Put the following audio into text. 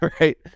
right